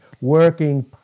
working